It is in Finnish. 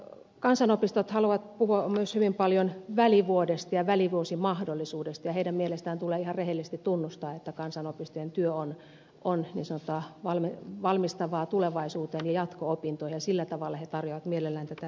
kansanopistot haluavat puhua myös hyvin paljon välivuodesta ja välivuosimahdollisuudesta ja heidän mielestään tulee ihan rehellisesti tunnustaa että kansanopistojen työ on niin sanottua valmistavaa tulevaisuuteen ja jatko opintoihin ja sillä tavalla he tarjoavat mielellään tätä välivuosimahdollisuutta